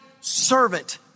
servant